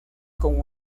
con